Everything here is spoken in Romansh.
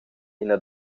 ina